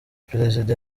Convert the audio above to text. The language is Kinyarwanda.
perezida